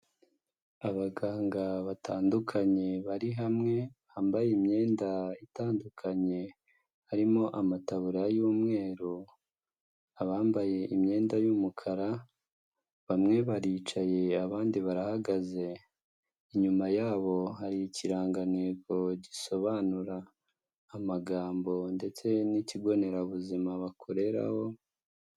Abaganga batandukanye bari hamwe bambaye imyenda itandukanye harimo amatabuya y'umweru abambaye imyenda y'umukara bamwe baricaye abandi barahagaze inyuma yabo hari ikirangantego gisobanura amagambo ndetse n'ikigo nderabuzima bakoreraho.